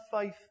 faith